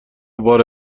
بار